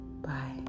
Bye